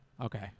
Okay